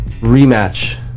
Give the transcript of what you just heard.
rematch